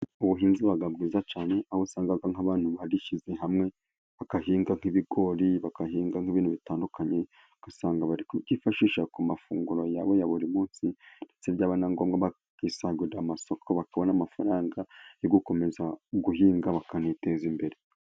Ubuhinzi buba bwiza cyane aho usanga nk'abantu barishyize hamwe bagahinga nk'ibigori, bagahinga nk'ibintu bitandukanye ugasanga bari ku byifashisha ku mafunguro yabo ya buri munsi, ndetse byaba na ngombwa bagasagurira amasoko, bakabona amafaranga yo gukomeza guhinga bakaniteza imbere.